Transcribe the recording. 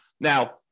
Now